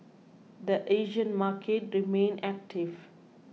the Asian market remained active